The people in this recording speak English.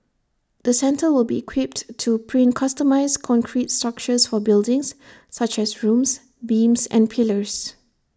the centre will be equipped to print customised concrete structures for buildings such as rooms beams and pillars